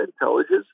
intelligence